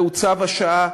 זה צו השעה,